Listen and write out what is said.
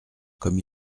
comme